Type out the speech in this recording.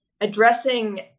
addressing